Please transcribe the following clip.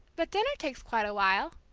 but dinner takes quite a while,